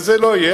וזה לא יהיה,